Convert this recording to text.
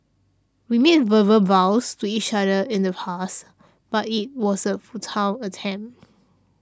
we made verbal vows to each other in the past but it was a futile attempt